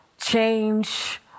change